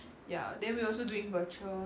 ya then we also doing virtual